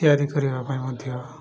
ତିଆରି କରିବା ପାଇଁ ମଧ୍ୟ